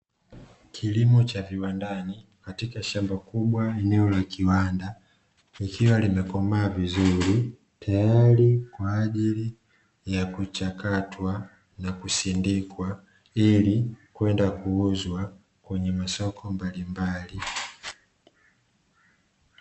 Kilimo cha viwandani katika shamba kubwa eneo la kiwanda, likiwa limekomaa vizuri tayari kwa ajili ya kuchakatwa na kusindikwa ilikwenda kuuzwa kwenye masoko mbalimbali.